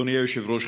אדוני היושב-ראש,